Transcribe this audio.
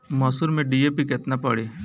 मसूर में डी.ए.पी केतना पड़ी?